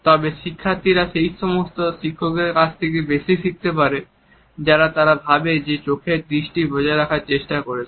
তবে শিক্ষার্থীরা সেই সমস্ত শিক্ষকদের কাছ থেকে বেশি শিখতে পারে যাদের তারা ভাবে যে চোখের দৃষ্টি বজায় রাখার চেষ্টা করছে